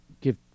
give